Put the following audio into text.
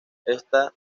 ésta